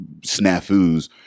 snafus